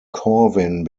corwin